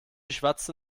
schwatzte